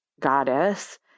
goddess